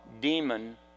demon